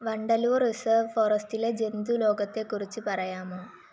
Vandalur reserve ഫോറസ്റ്റിലെ ജന്തു ലോകത്തെ കുറിച്ച് പറയാമോ